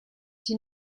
you